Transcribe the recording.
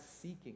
seeking